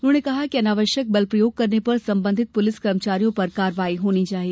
उन्होंने कहा कि अनावश्यक बलप्रयोग करने पर संबंधित पुलिस कर्मचारियों पर कार्रवाई होना चाहिए